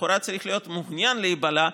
שלכאורה צריך להיות מעוניין להיבלע,